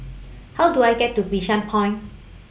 How Do I get to Bishan Point